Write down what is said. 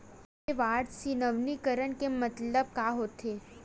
KYC नवीनीकरण के मतलब का होथे?